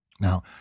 now